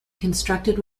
constructed